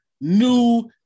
new